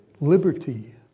Liberty